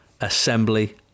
assembly